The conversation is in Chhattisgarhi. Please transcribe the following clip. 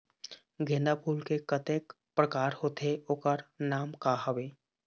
गेंदा फूल के कतेक प्रकार होथे ओकर नाम का हवे?